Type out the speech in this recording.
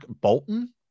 Bolton